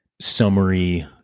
summary